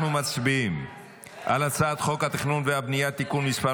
אנחנו מצביעים על הצעת חוק התכנון והבנייה (תיקון מס'